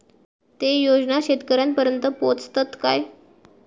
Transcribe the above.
ते योजना शेतकऱ्यानपर्यंत पोचतत काय?